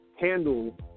handle